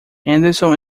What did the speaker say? henderson